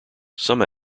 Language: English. some